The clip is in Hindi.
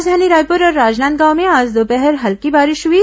राजधानी रायपुर और राजनांदगांव में आज दोपहर हल्की बारिश हुई